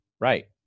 Right